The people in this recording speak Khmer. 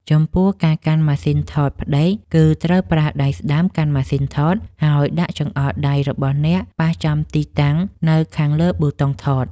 ចំពោះការកាន់ម៉ាស៊ីនថតផ្ដេក គឺត្រូវប្រើដៃស្តាំកាន់ម៉ាស៊ីនថត ហើយដាក់ចង្អុលដៃរបស់អ្នកប៉ះចំទីតាំងនៅខាងលើប៊ូតុងថត។